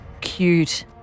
cute